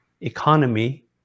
economy